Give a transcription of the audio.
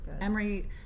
Emory